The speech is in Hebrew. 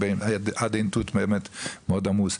עד עין תות באמת מאד עמוס.